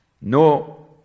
No